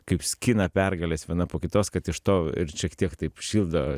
kaip skina pergales viena po kitos kad iš to ir šiek tiek taip šildo